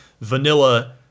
vanilla